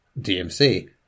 DMC